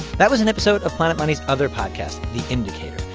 that was an episode of planet money's other podcast, the indicator.